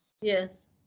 Yes